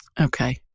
Okay